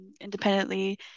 independently